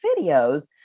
videos